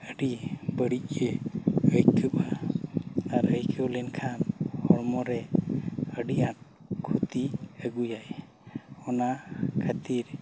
ᱟᱹᱰᱤ ᱵᱟᱹᱲᱤᱡ ᱜᱮ ᱟᱹᱭᱠᱟᱹᱜᱼᱟ ᱟᱨ ᱟᱹᱭᱠᱟᱹᱣ ᱞᱮᱱᱠᱷᱟᱱ ᱦᱚᱲᱢᱚ ᱨᱮ ᱟᱹᱰᱤ ᱟᱸᱴ ᱠᱷᱚᱛᱤ ᱟᱹᱜᱩᱭᱟ ᱚᱱᱟ ᱠᱷᱟᱹᱛᱤᱨ